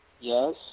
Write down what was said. Yes